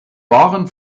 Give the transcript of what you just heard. wahren